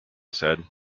said